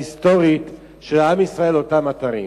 ההיסטורית, של עם ישראל לאותם אתרים.